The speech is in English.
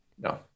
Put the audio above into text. no